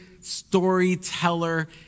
storyteller